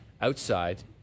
outside